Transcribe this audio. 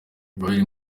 babiri